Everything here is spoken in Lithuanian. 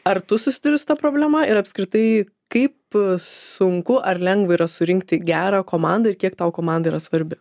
ar tu susiduri su ta problema ir apskritai kaip sunku ar lengva yra surinkti gerą komandą ir kiek tau komanda yra svarbi